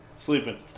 Sleeping